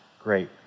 great